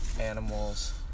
animals